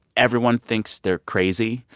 everyone thinks they're crazy.